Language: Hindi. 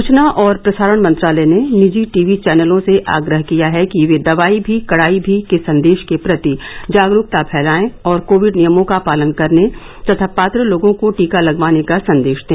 सूचना और प्रसारण मंत्रालय ने निजी टीवी चैनलों से आग्रह किया है कि वे दवाई भी कड़ाई भी के संदेश के प्रति जागरूकता फैलाएं और कोविड नियमों का पालन करने तथा पात्र लोगों को टीका लगवाने का संदेश दें